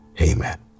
Amen